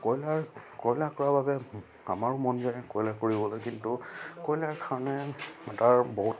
কয়লা কয়লা ক্ৰয়ৰ বাবে আমাৰো মন যায় কয়লা কৰিবলৈ কিন্তু কয়লাৰ কাৰণে তাৰ বহুত